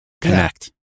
connect